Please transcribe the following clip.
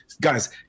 Guys